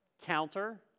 Counter